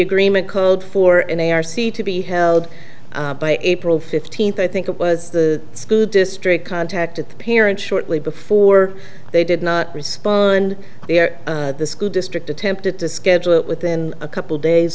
agreement called for in a r c to be held by april fifteenth i think it was the school district contacted the parents shortly before they did not respond there the school district attempted to schedule it within a couple days